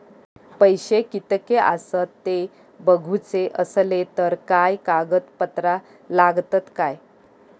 पैशे कीतके आसत ते बघुचे असले तर काय कागद पत्रा लागतात काय?